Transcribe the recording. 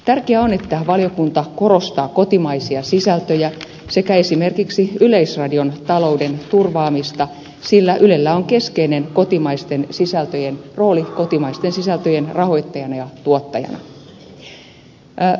tärkeää on että valiokunta korostaa kotimaisia sisältöjä sekä esimerkiksi yleisradion talouden turvaamista sillä ylellä on keskeinen kotimaisten sisältöjen rooli kotimaisten sisältöjen rahoittajana ja tuottajana